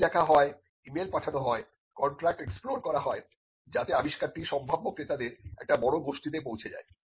চিঠি লেখা হয় ইমেল পাঠানো হয় কন্ট্রাক্ট এক্সপ্লোর করা হয় যাতে আবিষ্কারটি সম্ভাব্য ক্রেতাদের একটি বড় গোষ্ঠীতে পৌঁছে যায়